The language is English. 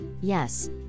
yes